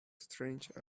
strange